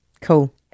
Cool